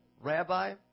Rabbi